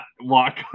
walk